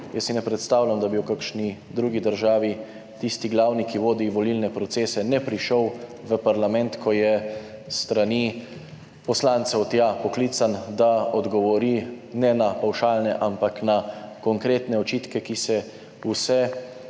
Jaz si ne predstavljam, da bi v kakšni drugi državi tisti glavni, ki vodi volilne procese, ne prišel v parlament, ko je s strani poslancev tja poklican, da odgovori ne na pavšalne, ampak na konkretne očitke, ki se vse,